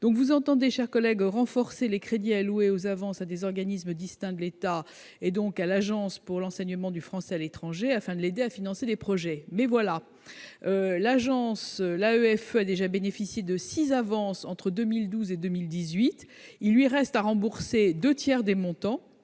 ». Vous entendez, cher collègue, renforcer les crédits alloués aux avances à des organismes distincts de l'État- ici à l'Agence pour l'enseignement français à l'étranger, afin de l'aider à financer des projets. Or celle-ci a déjà bénéficié de six avances entre 2012 et 2018 et il lui reste à rembourser deux tiers des montants.